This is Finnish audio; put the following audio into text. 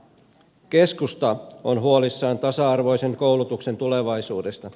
keskusta on huolissaan tasa arvoisen koulutuksen tulevaisuudesta